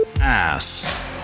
Ass